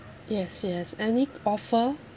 yes yes any offer